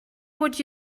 what